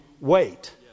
wait